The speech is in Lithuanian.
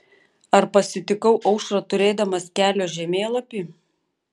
ar pasitikau aušrą turėdamas kelio žemėlapį